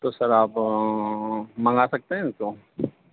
تو سر آپ منگا سکتے ہیں اِس کو